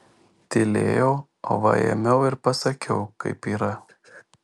tylėjau o va ėmiau ir pasakiau kaip yra